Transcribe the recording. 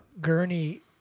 Gurney